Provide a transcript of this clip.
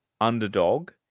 underdog